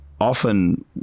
often